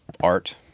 art